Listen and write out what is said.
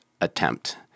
attempt